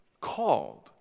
called